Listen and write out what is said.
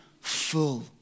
full